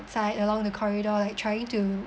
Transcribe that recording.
outside along the corridor like trying to